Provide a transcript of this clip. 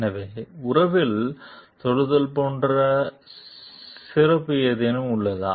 எனவே உறவில் தொடுதல் போன்ற சிறப்பு ஏதேனும் உள்ளதா